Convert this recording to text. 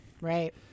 Right